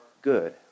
good